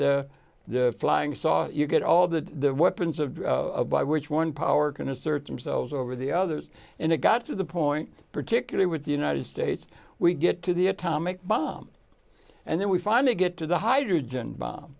get the flying saucer you get all the weapons of by which one power can assert themselves over the others and it got to the point particularly with the united states we get to the atomic bomb and then we finally get to the hydrogen bomb